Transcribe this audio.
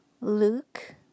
luke